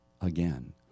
again